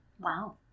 Wow